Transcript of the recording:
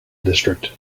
district